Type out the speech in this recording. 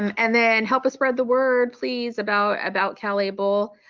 and then help us spread the word please about about calable.